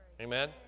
Amen